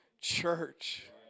church